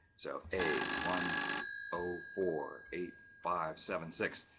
so a one oh four eight five seven six,